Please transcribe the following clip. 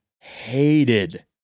hated